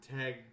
Tag